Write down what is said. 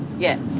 yeah.